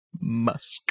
Musk